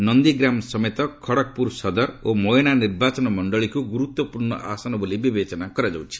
ନନ୍ଦିଗ୍ରାମ ସମେତ ଖଡ଼ଗପୁର ସଦର ଓ ମୋୟନା ନିର୍ବାଚନ ମଣ୍ଡଳୀକୁ ଗୁରୁତ୍ୱପୂର୍ଣ୍ଣ ଆସନ ବୋଲି ବିବେଚନା କରାଯାଉଛି